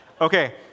Okay